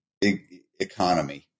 economy